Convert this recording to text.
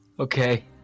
Okay